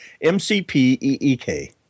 M-C-P-E-E-K